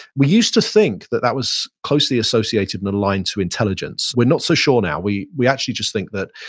we used to think that that was closely associated and aligned to intelligence. we're not so sure now. we we actually just think that